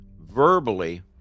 verbally